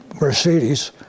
Mercedes